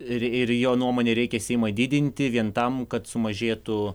ir ir jo nuomone reikia seimą didinti vien tam kad sumažėtų